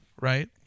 right